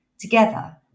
together